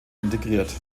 integriert